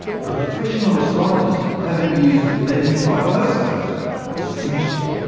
professional astronomers haven't used lens-type telescopes for a century.